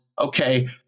okay